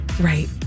Right